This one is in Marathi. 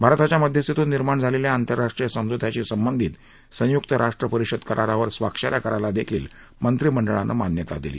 भारताच्या मध्यस्थीतून निर्माण झालेल्या आंतरराष्ट्रीय समझोत्यांशी संबंधित संयुक्तराष्ट्र परिषद करारावर स्वाक्षऱ्या करायला देखील मंत्रिमंडळानं मान्यता दिली